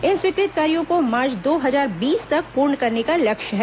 इन स्वीकृत कार्यों को मार्च दो हजार बीस तक पूर्ण करने का लक्ष्य है